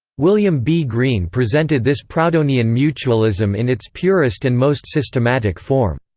william b. greene presented this proudhonian mutualism in its purest and most systematic form.